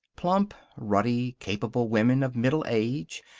plump, ruddy, capable women of middle age.